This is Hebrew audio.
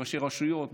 ראשי רשויות,